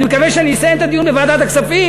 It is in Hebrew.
אני מקווה שאני אסיים את הדיון בוועדת הכספים